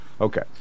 Okay